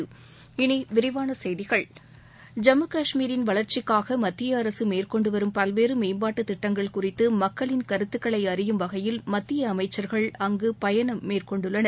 இனி விரிவான செய்திகள் கஷ்மீர் அமைச்சர்கள் ஜம்மு கஷ்மீரின் வளர்ச்சிக்காக மத்திய அரசு மேற்கொண்டு வரும் பல்வேறு மேம்பாட்டு திட்டங்கள் குறித்து மக்களின் கருத்துக்களை அறியும் வகையில் மத்திய அமைச்சர்கள் அங்கு பயணம் மேற்கொண்டுள்ளனர்